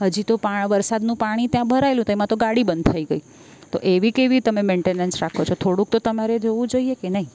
હજી તો હજી તો વરસાદનું પાણી ભરાયેલું તેમાં તો ગાડી બંધ થઈ ગઈ તો એવી કેવી તમે મેન્ટેનન્સ રાખો છો થોડુંક તો તમારે જોવું જોઈએ કે નહીં